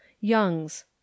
Young's